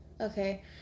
okay